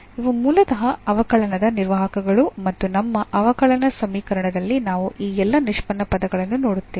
ಇವು ಮೂಲತಃ ಅವಕಲನದ ನಿರ್ವಾಹಕಗಳು ಮತ್ತು ನಮ್ಮ ಅವಕಲನ ಸಮೀಕರಣದಲ್ಲಿ ನಾವು ಈ ಎಲ್ಲಾ ನಿಷ್ಪನ್ನ ಪದಗಳನ್ನು ನೋಡುತ್ತೇವೆ